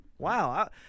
Wow